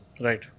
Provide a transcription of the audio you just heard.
Right